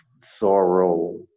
sorrow